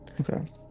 Okay